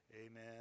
Amen